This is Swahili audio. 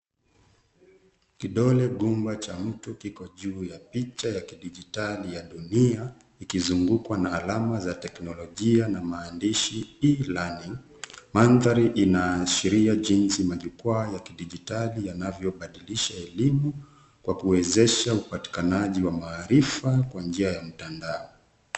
Kidole gumba cha mtu kiko juu ya picha ya kidijitali ya dunia ikizungukwa na alama za teknolojia na maandishi E-learning . Maandhari inaashiria jinsi majukwaa ya kidijitali yanavyobadilisha elimu kwa kuwezesha upatikanaji wa maarifa kwa njia ya mtandao.